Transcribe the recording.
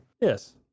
yes